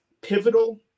pivotal